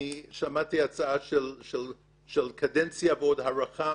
אני שמעתי הצעה של קדנציה ועוד הארכה.